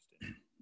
interesting